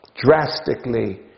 drastically